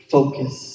Focus